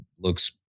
looks